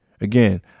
Again